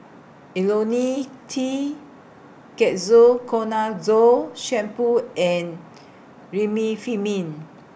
Lonil T Ketoconazole Shampoo and Remifemin